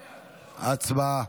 הצבעה.